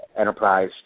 enterprise